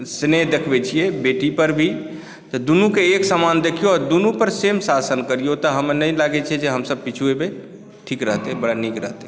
स्नेह देखबै छियै बेटी पर भी तऽ दुनूक एक समान देखियो आ दूनू पर सेम शासन करियौ तऽ हम्मे नहि लागै छै जे हमसभ पिछुएबै ठीक रहतै बड़ा नीक रहतै